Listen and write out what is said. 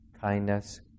kindness